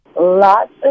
Lots